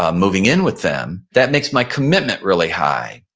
um moving in with them, that makes my commitment really high.